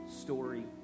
story